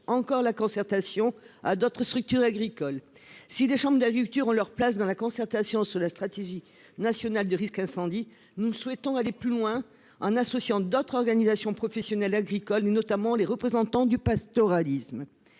la concertation à d'autres structures agricoles. Si les chambres d'agriculture ont leur place dans la concertation sur cette stratégie, nous souhaitons aller plus loin, en associant d'autres organisations professionnelles agricoles, notamment les représentants du pastoralisme.